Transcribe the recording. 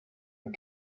and